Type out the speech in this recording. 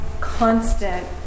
constant